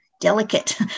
delicate